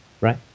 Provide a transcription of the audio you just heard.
right